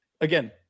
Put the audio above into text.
Again